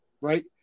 right